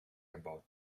about